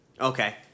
Okay